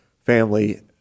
family